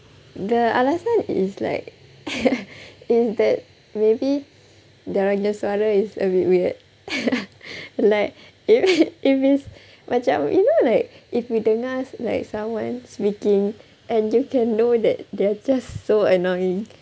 the alasan is like is that maybe dia orang punya suara is a bit weird like if it's macam you know like if you dengar like someone speaking and you can know that they're just so annoying